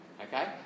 Okay